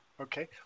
Okay